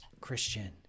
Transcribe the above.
Christian